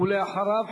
ואחריו,